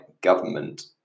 government